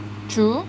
true